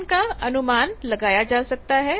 Γn का अनुमान लगाया जा सकता है